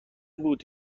بود